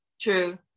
true